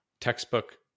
textbook